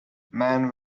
man